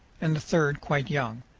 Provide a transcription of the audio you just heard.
and the third quite young,